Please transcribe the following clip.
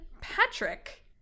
patrick